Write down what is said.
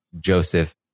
Joseph